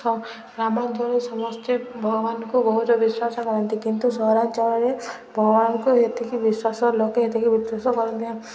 ସ ଗ୍ରାମାଞ୍ଚଳରେ ସମସ୍ତେ ଭଗବାନଙ୍କୁ ବହୁତ ବିଶ୍ୱାସ କରନ୍ତି କିନ୍ତୁ ସହରାଞ୍ଚଳରେ ଭଗବାନଙ୍କୁ ଏତିକି ବିଶ୍ଵାସ ଲୋକେ ଏତିକି ବିଶ୍ୱାସ କରନ୍ତି